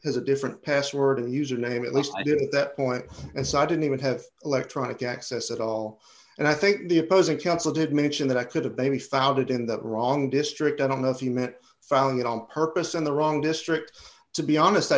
has a different password and username at least i did at that point as i didn't even have electronic access at all and i think the opposing counsel did mention that i could have maybe found it in the wrong district i don't know if you meant found it on purpose in the wrong district to be honest i